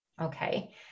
okay